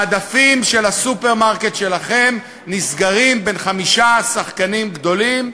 המדפים של הסופרמרקט שלכם נסגרים בין חמישה שחקנים גדולים,